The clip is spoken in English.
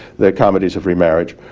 the comedies of remarriage,